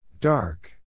Dark